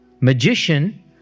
magician